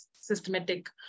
systematic